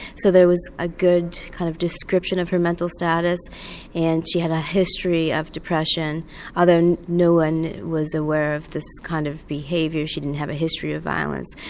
so there was a good kind of description of her mental status and she had a history of depression although no one was aware aware of this kind of behaviour, she didn't have a history of violence.